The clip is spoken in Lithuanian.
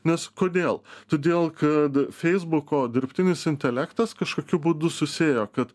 nes kodėl todėl kad feisbuko dirbtinis intelektas kažkokiu būdu susijo kad